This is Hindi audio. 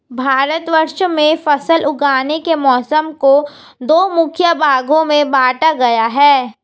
भारतवर्ष में फसल उगाने के मौसम को दो मुख्य भागों में बांटा गया है